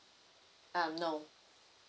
um nope